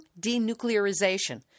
denuclearization